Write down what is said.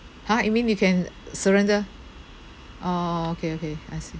!huh! you mean you can surrender orh okay okay I see